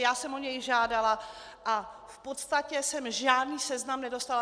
Já jsem o něj žádala a v podstatě jsem žádný seznam nedostala.